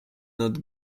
not